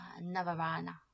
Navarana